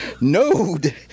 Node